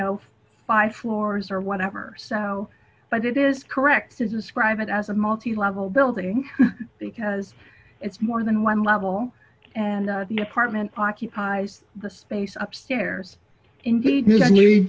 know five floors or whatever so but it is correct to describe it as a multi level building because it's more than one level and the apartment occupies the space upstairs indeed